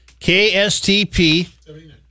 KSTP